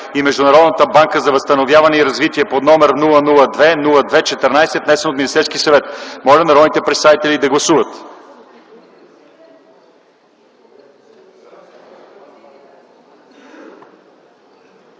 и Международната банка за възстановяване и развитие, № 002-02-14, внесен от Министерския съвет. Моля народните представители да гласуват.